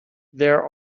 there